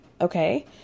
okay